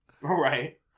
Right